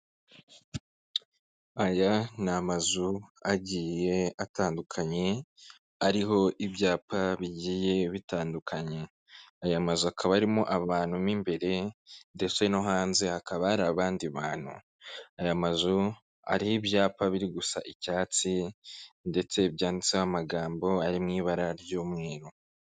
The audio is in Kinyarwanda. Aya ni amazu agiye atandukanye, ariho ibyapa bigiye bitandukanye, aya mazu akaba arimo abantu mo imbere ndetse no hanze hakaba hari abandi bantu, aya mazu ariho ibyapa biri gusa icyatsi ndetse byanditseho amagambo ari mu ibara ry'umweru.